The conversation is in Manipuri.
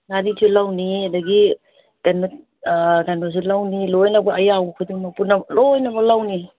ꯉꯥꯔꯤꯁꯨ ꯂꯧꯅꯤ ꯑꯗꯒꯤ ꯀꯩꯅꯣꯁꯨ ꯂꯧꯅꯤ ꯂꯣꯏꯅꯃꯛ ꯑꯌꯥꯎꯕ ꯈꯨꯗꯤꯡꯃꯛ ꯄꯨꯝꯅꯃꯛ ꯂꯣꯏꯅ ꯂꯧꯅꯤ